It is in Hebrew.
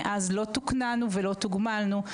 מאז לא תוקננו ולא תוגמלנו.